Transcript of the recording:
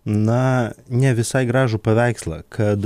na ne visai gražų paveikslą kad